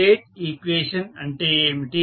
state equation అంటే ఏమిటి